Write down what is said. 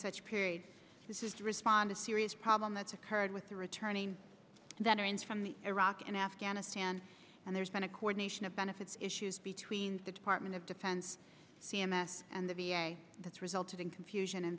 such a period this is respond a serious problem that's occurred with the returning veterans from the iraq and afghanistan and there's been a coordination of benefits issues between the department of defense c m s and the v a that's resulted in confusion and